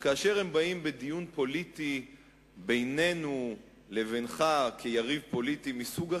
וכאשר הם באים בדיון פוליטי בינינו לבינך כיריב פוליטי מסוג אחר,